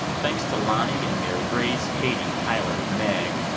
thanks to lonnie and mary grace, katie, tyler, meg,